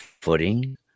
footing